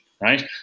right